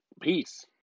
peace